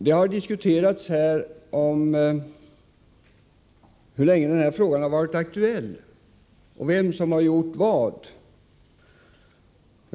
Det har här diskuterats hur länge denna fråga varit aktuell och vem som har gjort vad.